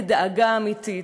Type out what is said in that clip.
בדאגה אמיתית.